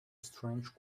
strange